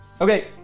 Okay